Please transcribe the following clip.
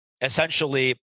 essentially